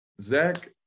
Zach